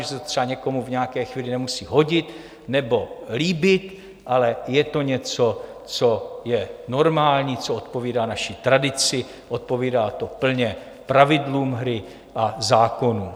Já vím, že se to třeba někomu v nějaké chvíli nemusí hodit nebo líbit, ale je to něco, co je normální, co odpovídá naší tradici, odpovídá to plně pravidlům hry a zákonům.